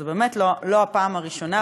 זו באמת לא הפעם הראשונה,